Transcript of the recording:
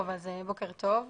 בוקר טוב.